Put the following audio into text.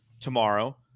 tomorrow